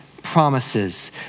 promises